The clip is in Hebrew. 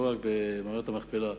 לא רק במערת המכפלה,